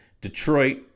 Detroit